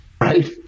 right